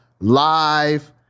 live